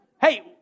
hey